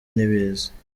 n’ibiza